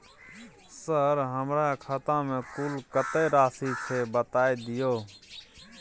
Sir हमरा खाता में कुल कत्ते राशि छै बता दिय?